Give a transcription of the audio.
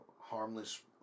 harmless